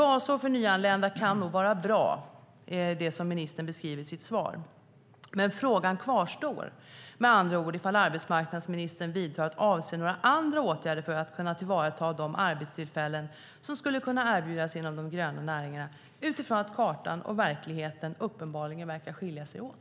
Det ministern beskriver i sitt svar, det vill säga ett basår för nyanlända kan nog vara bra, men frågan kvarstår med andra ord om arbetsmarknadsministern avser att vidta några andra åtgärder för att kunna tillvarata de arbetstillfällen som skulle kunna erbjudas inom de gröna näringarna - utifrån att kartan och verkligheten uppenbarligen verkar skilja sig åt.